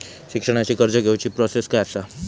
शिक्षणाची कर्ज घेऊची प्रोसेस काय असा?